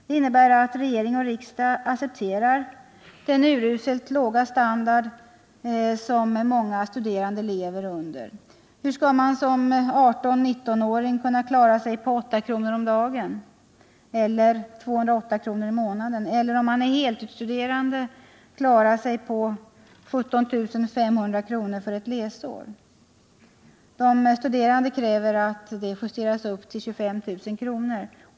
Det innebär att regering och riksdag accepterar den uruselt låga standard som många studerande lever under. Hur skall man som 18-19-åring kunna klara sig på 8 kronor om dagen, eller 208 kr. i månaden? Eller, om man är heltidsstuderande, på 17 500 kr. för ett läsår? De studerande kräver 25 000 kr.